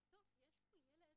בסוף יש פה ילד